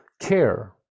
care